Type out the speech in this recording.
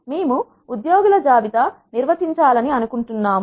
మేము ఉద్యోగుల జాబితా నిర్మించాలని అనుకుంటున్నాము